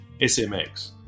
SMX